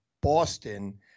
Boston